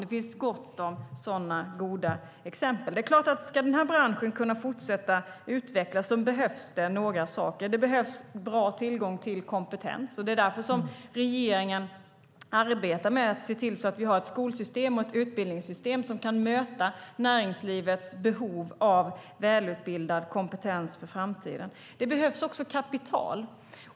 Det finns gott om sådana goda exempel. Det är klart att det, om den här branschen ska kunna fortsätta att utvecklas, behövs några saker. Det behövs bra tillgång till kompetens. Det är därför som regeringen arbetar med att se till att vi har ett skolsystem och ett utbildningssystem som kan möta näringslivets behov av välutbildade personer för framtiden. Det behövs också kapital.